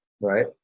right